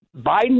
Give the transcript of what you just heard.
Biden